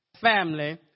family